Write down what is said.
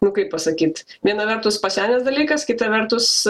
nu kaip pasakyt viena vertus pasenęs dalykas kita vertus